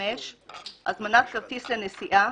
הזמנת כרטיס לנסיעה,